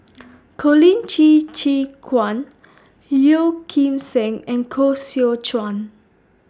Colin Qi Zhe Quan Yeo Kim Seng and Koh Seow Chuan